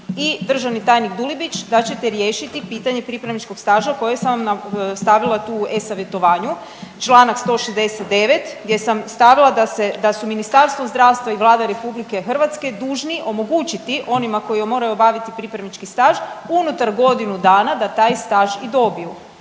državni tajnik Dulibić da ćete riješiti pitanje pripravničkog staža koje sam vam stavila tu u e-savjetovanju, čl. 169. gdje sam stavila da se, da su Ministarstvo zdravstva i Vlada RH dužni omogućiti onima koji moraju obaviti pripravnički staž unutar godinu dana da taj staž i dobiju,